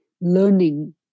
learning